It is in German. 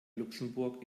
luxemburg